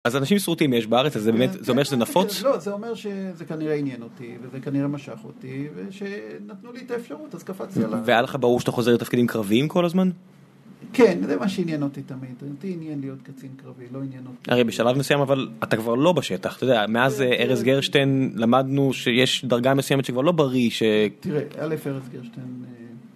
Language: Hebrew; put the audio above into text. אז אנשים שרוטים יש בארץ, אז זה באמת, זה אומר שזה נפוץ? -לא, זה אומר שזה כנראה עניין אותי, וזה כנראה משך אותי, ושנתנו לי את האפשרות, אז קפצתי עליה. -והיה לך ברור שאתה חוזר לתפקידים קרביים כל הזמן? -כן, זה מה שעניין אותי תמיד. אותי עניין להיות קצין קרבי, לא עניין אותי... -הרי בשלב מסוים, אבל אתה כבר לא בשטח. אתה יודע, מאז ארז גרשטיין למדנו שיש דרגה מסוימת שכבר לא בריא, ש... -תראה, אל"ף, ארז גרשטיין...